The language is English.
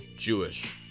Jewish